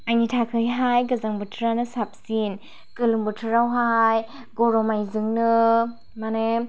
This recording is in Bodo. आंनि थाखायहाय गोजां बोथोरानो साबसिन गोलोम बोथोरावहाय गरम नायजोंनो माने